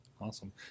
Awesome